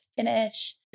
finish